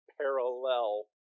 parallel